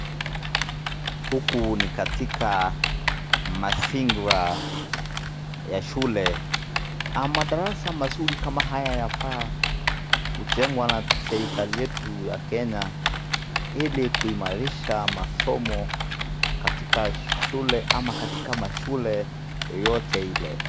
Huku ni katika mazingira ya shule. Madarasa mazuri kama haya yafaa kujengwa na serikali yetu ya Kenya ili kuimarisha masomo katika shule ama katika mashule yoyote ile.